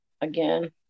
Again